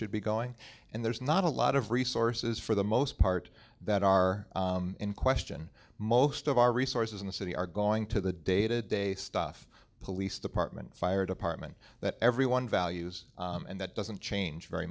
should be going and there's not a lot of resources for the most part that are in question most of our resources in the city are going to the day to day stuff police department fire department that everyone values and that doesn't change very